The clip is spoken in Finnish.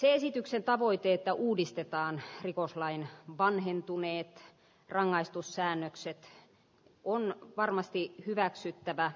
esityksen tavoite että uudistetaan rikoslain vanhentuneet rangaistussäännökset on varmasti hyväksyttävää